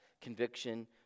conviction